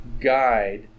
guide